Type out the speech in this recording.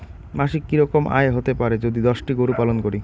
মাসিক কি রকম আয় হতে পারে যদি দশটি গরু পালন করি?